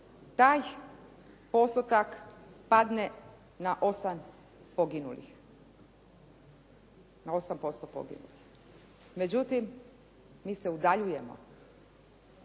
na 8 poginulih, na 8% poginulih. Međutim, mi se udaljujemo.